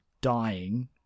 dying